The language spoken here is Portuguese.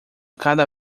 cada